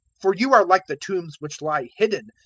for you are like the tombs which lie hidden,